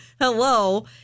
Hello